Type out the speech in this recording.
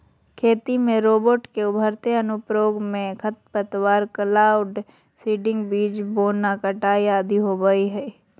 खेती में रोबोट के उभरते अनुप्रयोग मे खरपतवार, क्लाउड सीडिंग, बीज बोना, कटाई आदि होवई हई